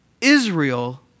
Israel